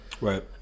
right